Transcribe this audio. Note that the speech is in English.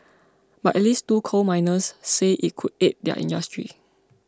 but at least two coal miners say it could aid their industry